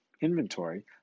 inventory